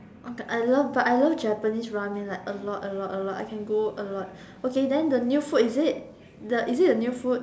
okay I love but I love Japanese ramen like a lot a lot a lot I can go a lot okay then the new food is it is it the new food